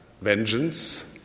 vengeance